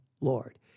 Lord